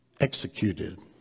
Executed